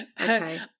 Okay